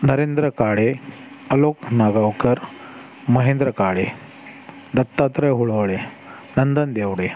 Narendra Kale Alok Nagaonkar Mahendra Kale Dattatray Holhole Nandan Devde